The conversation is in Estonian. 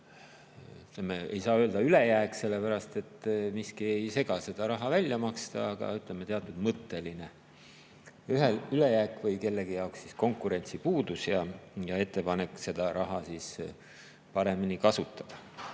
ei saa öelda ülejääk, sellepärast et miski ei sega seda raha välja maksta, aga teatud mõtteline ülejääk või kellegi jaoks konkurentsipuudus, ja ettepanek on seda raha paremini kasutada.